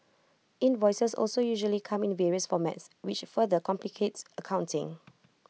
invoices also usually come in various formats which further complicates accounting